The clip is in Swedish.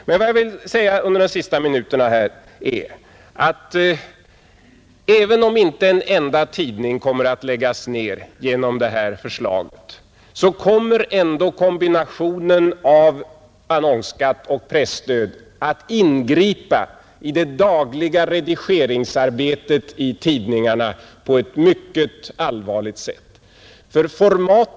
Men jag vill till sist säga att även om inte en enda tidning kommer att läggas ned genom det här förslaget, så kommer ändå kombinationen av annonsskatt och presstöd att ingripa i tidningarnas dagliga redigeringsarbete på ett mycket allvarligt sätt.